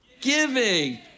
giving